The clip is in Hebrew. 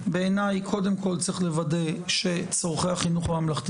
בעיני קודם כל צריך לוודא שצורכי החינוך הממלכתי